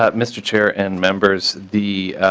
ah mr. chair and members the